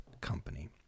company